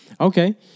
Okay